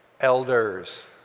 elders